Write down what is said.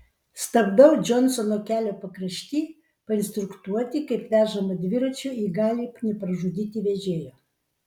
stabdau džonsono kelio pakrašty painstruktuoti kaip vežama dviračiu ji gali nepražudyti vežėjo